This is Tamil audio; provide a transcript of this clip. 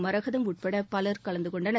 மரகதம் உட்படபலர் கலந்துகொண்டனர்